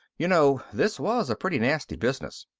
you know, this was a pretty nasty business.